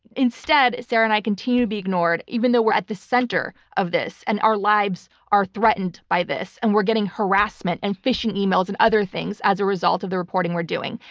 instead, sarah and i continue to be ignored, even though we're at the center of this and our lives are threatened by this and we're getting harassment and phishing emails and other things as a result of the reporting we're doing.